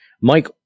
Mike